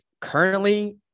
Currently